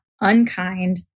unkind